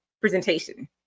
presentation